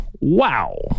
wow